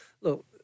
look